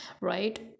right